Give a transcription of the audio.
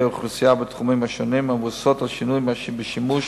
האוכלוסייה בתחומים השונים ומבוססות על שינוי בשימוש